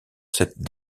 cette